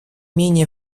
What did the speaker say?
менее